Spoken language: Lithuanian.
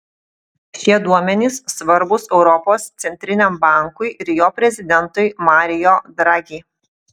šie duomenys svarbūs europos centriniam bankui ir jo prezidentui mario draghi